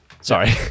Sorry